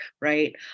right